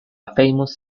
famous